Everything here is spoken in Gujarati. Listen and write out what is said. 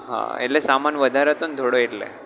હા એટલે સામાન વધારે હતો ને થોડો એટલે